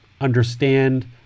understand